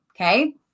Okay